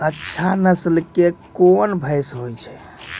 अच्छा नस्ल के कोन भैंस होय छै?